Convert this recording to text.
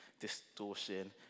distortion